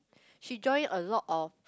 she join a lot of